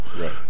Right